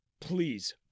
Please